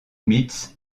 mitz